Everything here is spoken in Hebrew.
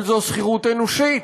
אבל זו שכירות אנושית,